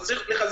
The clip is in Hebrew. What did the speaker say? אז צריך לחזק,